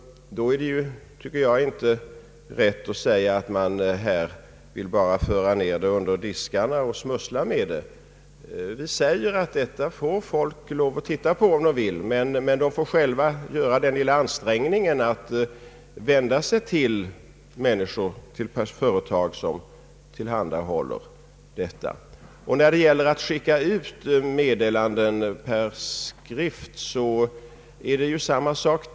Då är det enligt min mening inte rätt att säga att vi bara vill föra ned dessa alster under diskarna och smussla med dem. Vi tycker att detta får folk lov att titta på, om de vill, men de får själva göra den lilla ansträngningen att vända sig till företag som tillhandahåller detta. När det gäller att skicka ut meddelanden i skrift är det samma förhållande.